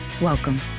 Welcome